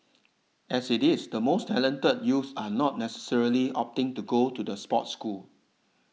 as it is the most talented youth are not necessarily opting to go to the sports school